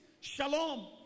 Shalom